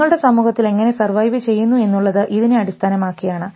നിങ്ങളുടെ സമൂഹത്തിൽ എങ്ങനെ സർവൈവ് ചെയ്യുന്നു എന്നുള്ളത് ഇതിനെ അടിസ്ഥാനമാക്കിയാണ്